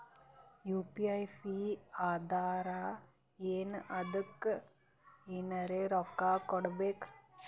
UPI free ಅದಾರಾ ಏನ ಅದಕ್ಕ ಎನೆರ ರೊಕ್ಕ ಕೊಡಬೇಕ?